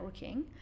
networking